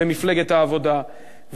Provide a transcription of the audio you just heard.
במפלגת העבודה,